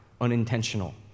unintentional